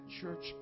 church